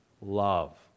love